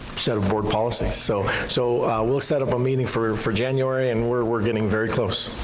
set of board policies, so so we'll set up a meeting for for january and we're we're getting very close.